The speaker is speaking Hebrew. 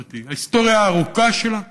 גברתי: ההיסטוריה הארוכה שלנו,